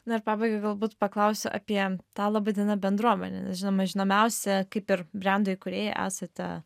na ir pabaigai galbūt paklausiu apie tą laba diena bendruomenę nes žinoma žinomiausią kaip ir brendo įkūrėjai esate